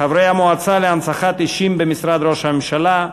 חברי המועצה להנצחת אישים במשרד ראש הממשלה,